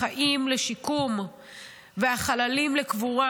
החיים לשיקום והחללים לקבורה,